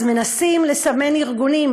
אז מנסים לסמן ארגונים,